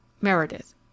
Meredith